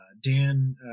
Dan